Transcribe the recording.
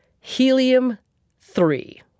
helium-3